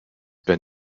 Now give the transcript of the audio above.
been